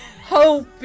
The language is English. hope